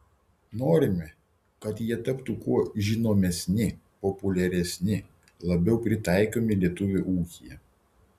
norime kad jie taptų kuo žinomesni populiaresni labiau pritaikomi lietuvio ūkyje